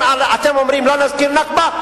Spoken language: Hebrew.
אם אתם אומרים: לא נסכים ל"נכבה",